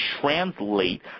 translate